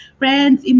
friends